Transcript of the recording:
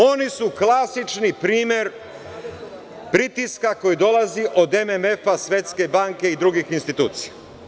Oni su klasični primer pritiska koji dolazi od MMF, Svetske banke i drugih institucija.